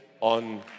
on